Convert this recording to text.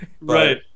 Right